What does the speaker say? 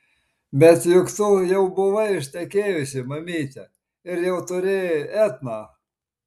bet juk tu jau buvai ištekėjusi mamyte ir jau turėjai etną